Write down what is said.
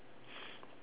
thursday